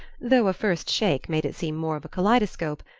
though a first shake made it seem more of a kaleidoscope,